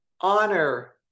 Honor